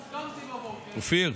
אופיר,